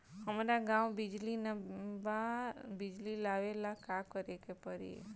हमरा गॉव बिजली न बा बिजली लाबे ला का करे के पड़ी?